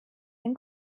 den